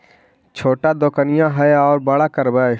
छोटा दोकनिया है ओरा बड़ा करवै?